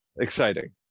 exciting